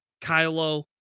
Kylo